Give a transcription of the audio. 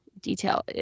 detail